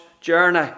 journey